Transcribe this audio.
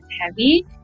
heavy